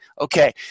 okay